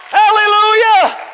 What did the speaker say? hallelujah